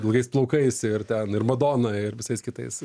ilgais plaukais ir ten ir madona ir visais kitais